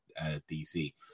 DC